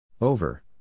Over